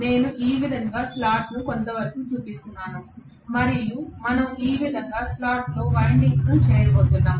నేను ఈ విధంగా స్లాట్ను కొంతవరకు చూపిస్తున్నాను మరియు మనము ఈ విధంగా స్లాట్లో వైండింగ్లు చేయబోతున్నాం